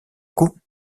coup